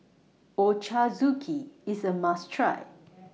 Ochazuke IS A must Try